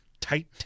tight